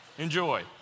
Enjoy